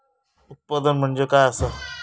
उत्पादन म्हणजे काय असा?